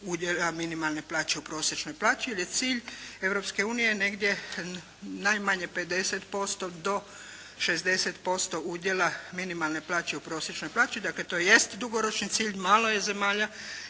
udjela minimalne plaće u prosječnoj plaći jer je cilj Europske unije negdje najmanje 50% do 60% udjela minimalne plaće u prosječnoj plaći, dakle, to jest dugoročni cilj, malo je zemalja